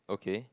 okay